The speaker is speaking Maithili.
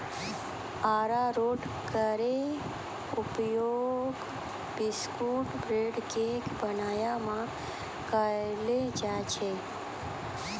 अरारोट केरो उपयोग बिस्कुट, ब्रेड, केक बनाय म कयलो जाय छै